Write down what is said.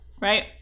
Right